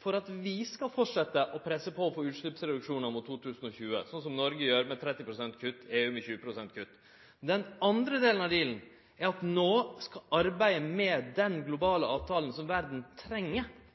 for at vi skal halde fram med å presse på for å få utsleppsreduksjonar mot 2020, slik som Noreg gjer med 30 pst. kutt og EU med 20 pst. kutt. Den andre delen av dealen er at no skal arbeidet med den globale avtalen som verda treng,